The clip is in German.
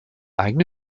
eigene